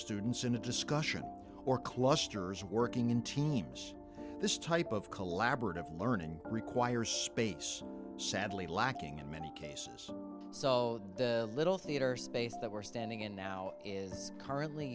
students in a discussion or clusters working in teams this type of collaborative learning requires space sadly lacking in many cases so the little theatre space that we're standing in now is currently